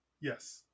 Yes